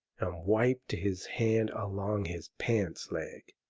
and wiped his hand along his pants leg.